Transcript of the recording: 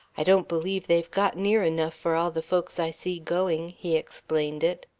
i don't believe they've got near enough for all the folks i see going, he explained it.